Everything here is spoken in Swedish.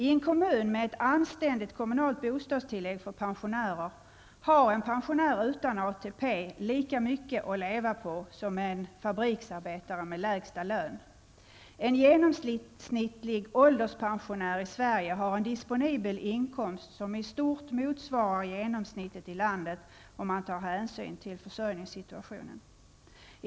I en kommun med ett anständigt kommunalt bostadstillägg har en pensionär utan ATP lika mycket att leva på som en fabriksarbetare med lägsta lön. En genomsnittlig ålderspensionär i Sverige har en disponibel inkomst som i stort motsvarar genomsnittet i landet om man tar hänsyn till försörjningssituationen.